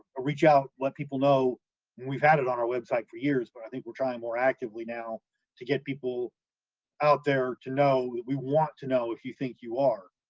reach out let people know we've had it on our website for years, but i think we're trying more actively now to get people out there to know that we want to know if you think you are.